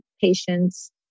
patients